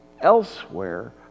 elsewhere